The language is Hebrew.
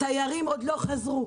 תיירים לא חזרו.